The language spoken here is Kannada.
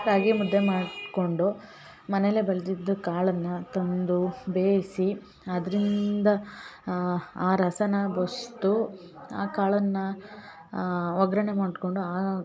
ರಾಗಿಮುದ್ದೆ ಮಾಡಿಕೊಂಡು ಮನೇಲೆ ಬೆಳ್ದಿದ್ದ ಕಾಳನ್ನು ತಂದು ಬೇಯಿಸಿ ಅದರಿಂದ ಆ ರಸನ ಬಸಿದು ಆ ಕಾಳನ್ನು ಒಗ್ಗರ್ಣೆ ಮಾಡಿಕೊಂಡು ಆ